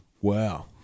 Wow